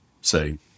say